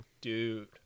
Dude